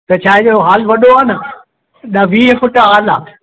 त छा इहो हॉल वॾो आहे न वीह फुट हॉल आहे